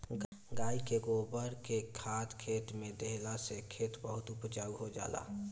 गाई के गोबर के खाद खेते में देहला से खेत बहुते उपजाऊ हो जाला